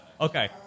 Okay